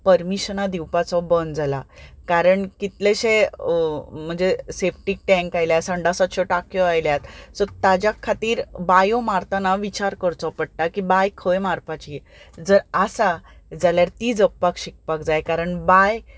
परमिशनां दिवपाचो बंद जाला कारण कितलेशे म्हणचे सॅप्टीक टॅंक्स आयल्यात संडासाच्यो टांक्यो आयल्यात सो ताच्या खातीर बांयो मारतना विचार करचो पडटा की बांय खंय मारपाची जर आसा जाल्यार ती जपपाक शिकपाक जाय कारण बांय